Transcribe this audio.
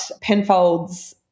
Penfold's